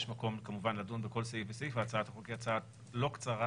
מקום כמובן לדון בכל סעיף וסעיף והצעת החוק היא הצעה לא קצרה,